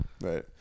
Right